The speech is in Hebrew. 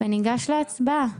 ניגש להצבעה.